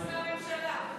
חוץ מהממשלה.